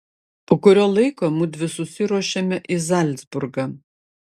po kurio laiko mudvi susiruošėme į zalcburgą